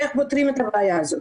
איך פותרים את הבעיה הזאת?